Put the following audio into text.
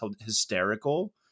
hysterical